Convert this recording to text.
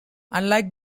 unlike